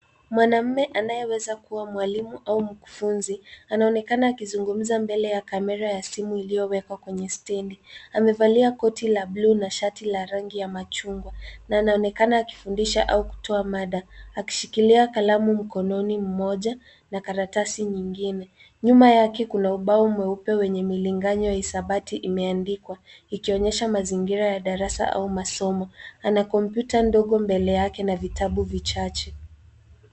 Mwanaume anayeweza kuwa mwalimu au mkufunzi anaonekana akizungumza mbele ya kamera ya simu iliyowekwa kwenye stendi. Amevalia koti la buluu na shati la rangi ya machungwa, na anaonekana akifundisha au kutoa mada akishikilia kalamu mkononi moja na karatasi nyingine. Nyuma yake kuna ubao mweupe wenye milinganyo ya hisabati imeandikwa ikionyesha mazingira ya darasa au masomo. Ana kompyuta ndogo mbele yake na vitabu vichache.